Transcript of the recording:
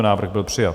Návrh byl přijat.